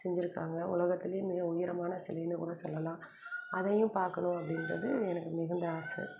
செஞ்சுருக்காங்க உலகத்திலயே மிக உயரமான சிலைன்னு கூட சொல்லலாம் அதையும் பார்க்கணும் அப்படின்றது எனக்கு மிகுந்த ஆசை